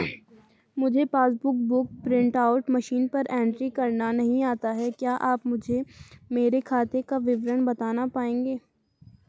मुझे passbook book print out machine पर entry करना नहीं आता है क्या आप मुझे मेरे खाते का विवरण बताना पाएंगे?